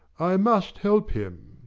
i must help him.